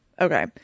okay